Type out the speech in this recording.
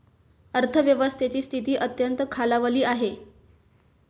अर्थव्यवस्थेची स्थिती अत्यंत खालावली आहे